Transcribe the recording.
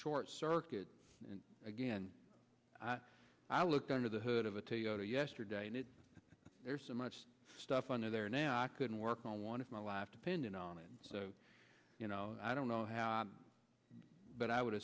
short circuit and again i looked under the hood of a toyota yesterday and it there's so much stuff under there now i couldn't work on one of my life depended on it so you know i don't know how but i would